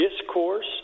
discourse